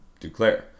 Duclair